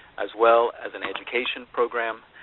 as well as an education program,